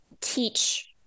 teach